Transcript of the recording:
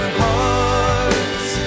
hearts